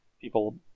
people